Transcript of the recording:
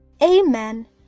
Amen